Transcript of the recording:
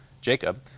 Jacob